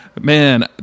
man